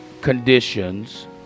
conditions